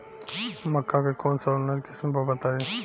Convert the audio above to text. मक्का के कौन सा उन्नत किस्म बा बताई?